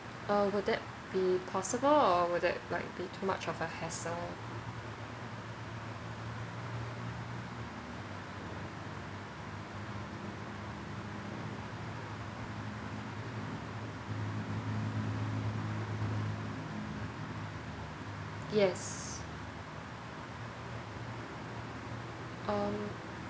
oh will that be possible or would that be too much of a hassle yes um